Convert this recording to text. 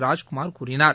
ராஜ்குமார் கூறினார்